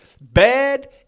bad